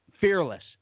Fearless